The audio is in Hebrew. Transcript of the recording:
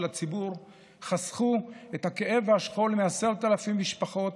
הציבור חסכו את הכאב והשכול מ-10,000 משפחות,